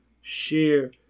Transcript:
share